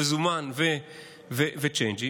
מזומן וצ'יינג'ים.